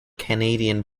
canadian